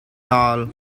tall